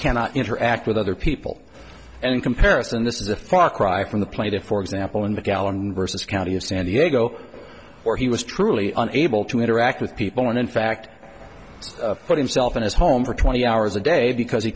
cannot interact with other people and in comparison this is a far cry from the plaintiff for example in the gallery versus county of san diego where he was truly unable to interact with people and in fact put himself in his home for twenty hours a day because he